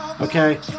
Okay